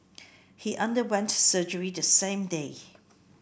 he underwent surgery the same day